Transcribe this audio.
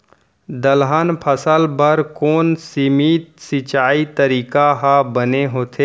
दलहन फसल बर कोन सीमित सिंचाई तरीका ह बने होथे?